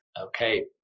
okay